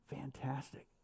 Fantastic